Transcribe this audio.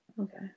Okay